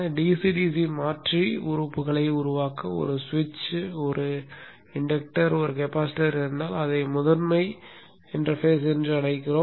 DC DC மாற்றி உறுப்புகளை உருவாக்க ஒரு சுவிட்ச் ஒரு தூண்டல் ஒரு கெபாசிட்டர் இருந்தால் அதை முதன்மை இடவியல் என்று அழைக்கிறோம்